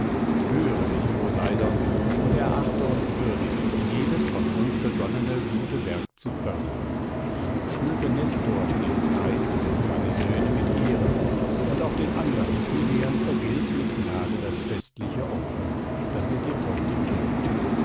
höre mich poseidon und erachte uns würdig jedes von uns begonnene gute werk zu fördern schmücke nestor den greis und seine söhne mit ehren und auch den andern